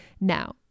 now